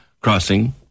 crossing